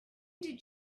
did